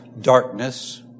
darkness